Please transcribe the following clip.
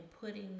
putting